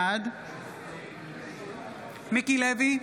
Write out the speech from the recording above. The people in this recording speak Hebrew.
בעד מיקי לוי,